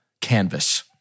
canvas